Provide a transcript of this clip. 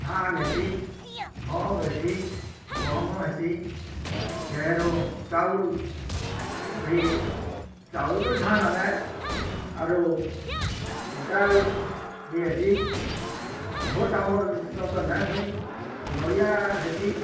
ଧାନ୍ ହେସିଁ ଘହମ୍ ହେସିଁ ଗହମ ହେସିଁ ତେରୁଁ ଚାଉଲ୍ ବି ଚାଉଲ୍ ବୋଲି ଧାନ୍ ହେବେ ଆରୁ ଡ଼ାଲ୍ ବି ହେସିଁ ଝୋଟ୍ ଆମର୍ ତ ଦନ୍ତ ନାଇଁ ହୁଏ ନଡ଼ିଆ ହେସିଁ